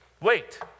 Wait